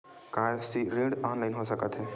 का ऋण ऑनलाइन हो सकत हे?